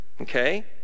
okay